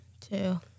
two